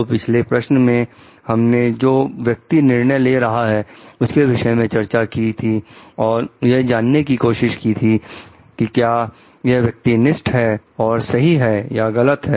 तो पिछले प्रश्न में हमने जो व्यक्ति निर्णय ले रहा है उसके विषय में चर्चा की थी और यह जानने की कोशिश की थी कि क्या यह व्यक्ति निष्ठ है और सही है या गलत है